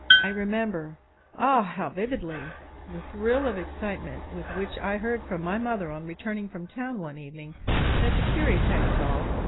i remember ah, how vividly the thrill of excitement with which i heard from my mother on returning from town one evening that the curries had called,